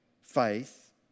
faith